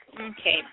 Okay